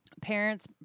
parents